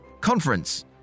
conference